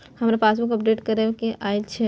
हमरा passbook update करैबे के अएछ?